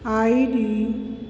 ID